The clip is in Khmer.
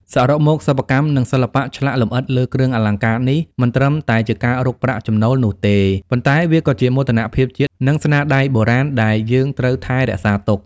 សរុបមកសិប្បកម្ម និងសិល្បៈឆ្លាក់លម្អិតលើគ្រឿងអលង្ការនេះមិនត្រឺមតែជាការរកប្រាក់ចំណូលនោះទេ ប៉ុន្តែវាក៏ជាមោទនភាពជាតិនិងស្នាដៃបុរាណដែលយើងត្រូវថែរក្សាទុក។